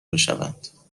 بشوند